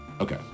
Okay